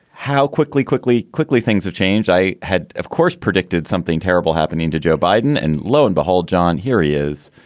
how quickly, quickly, quickly. things have changed. i had, of course, predicted something terrible happening to joe biden. and lo and behold, john, here he is.